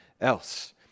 else